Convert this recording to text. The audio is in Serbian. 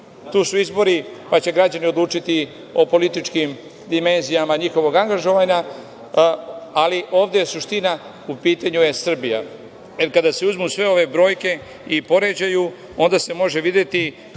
Tu su izbori, pa će građani odlučiti o političkim dimenzijama njihovog angažovanja, ali ovde je suština, u pitanju je Srbija. Kada se uzmu sve ove brojke i upoređuju, onda se može videti